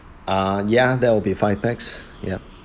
ah yeah that will be five packs yup